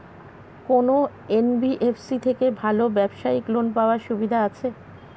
কোন এন.বি.এফ.সি থেকে ভালো ব্যবসায়িক লোন পাওয়ার সুবিধা আছে?